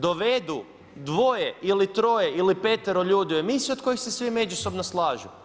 Dovedu dvoje ili troje ili petero ljudi u emisiju od kojih se svi međusobno slažu.